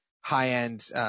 high-end –